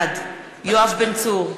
בעד יואב בן צור,